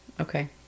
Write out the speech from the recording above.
Okay